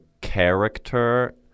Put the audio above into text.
character